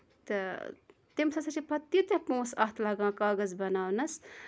تہٕ تٔمِس ہسا چھِ پَتہٕ تیٖتیٛاہ پونٛسہٕ اَتھ لگان کاغذ بَناونَس